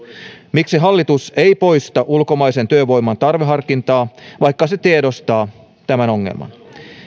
miksi hallitus ei poista ulkomaisen työvoiman tarveharkintaa vaikka se tiedostaa tämän ongelman